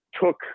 took